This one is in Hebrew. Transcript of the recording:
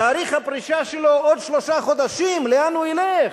תאריך הפרישה שלו עוד שלושה חודשים, לאן הוא ילך?